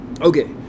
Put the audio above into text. Okay